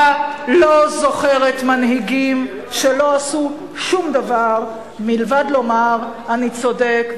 ההיסטוריה לא זוכרת מנהיגים שלא עשו שום דבר מלבד לומר: אני צודק.